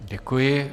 Děkuji.